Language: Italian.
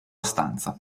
stanza